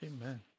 Amen